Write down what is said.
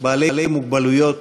עם מוגבלות,